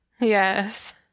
Yes